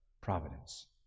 providence